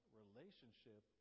relationship